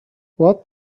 what